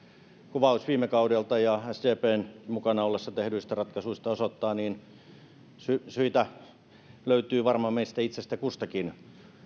kuvaus viime kaudella ja sdpn mukana ollessa tehdyistä ratkaisuista osoittaa ja syitä löytyy varmaan meistä itse kustakin